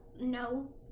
No